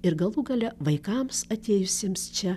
ir galų gale vaikams atėjusiems čia